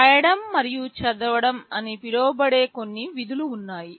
వ్రాయడం మరియు చదవడం అని పిలువబడే కొన్ని విధులు ఉన్నాయి